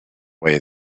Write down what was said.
way